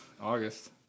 August